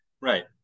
Right